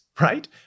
right